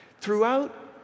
Throughout